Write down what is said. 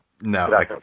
No